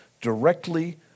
directly